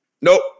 Nope